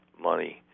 money